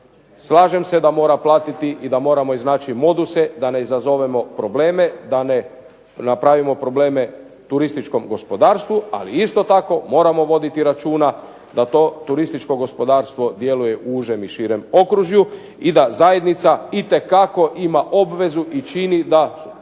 Slažem se da mora platiti i da moramo iznaći moduse da ne izazovemo probleme, da ne napravimo probleme turističkom gospodarstvu, ali isto tako moramo voditi računa da to turističko gospodarstvo djeluje u užem i širem okružju i da zajednica itekako ima obvezu i treba